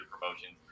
promotions